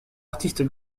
artiste